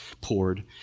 poured